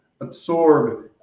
absorb